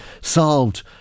solved